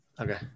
Okay